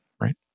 right